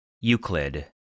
Euclid